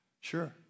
Sure